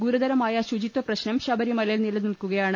ഗുരുതർമായ ശുചിത്വ പ്രശ്നം ശബരി മലയിൽ നിലനിൽക്കുകയാണ്